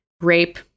rape